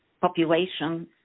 population